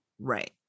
Right